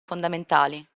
fondamentali